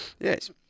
Yes